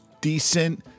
decent